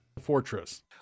Fortress